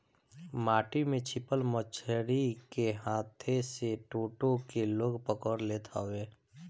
माटी में छिपल मछरी के हाथे से टो टो के लोग पकड़ लेत हवे